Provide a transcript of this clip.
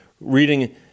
reading